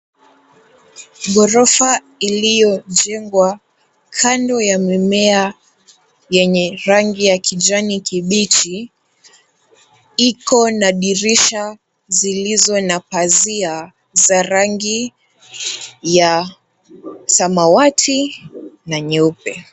Gorofa iliyojengwa kando ya mimea yenye rangi ya kijani kibichi. Ikona dirisha zilizo na pazia za rangi ya samawati na nyeupe.